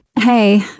Hey